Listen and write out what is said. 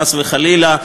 חס וחלילה,